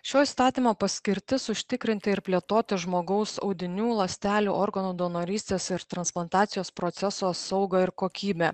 šio įstatymo paskirtis užtikrinti ir plėtoti žmogaus audinių ląstelių organų donorystės ir transplantacijos proceso saugą ir kokybę